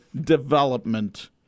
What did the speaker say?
development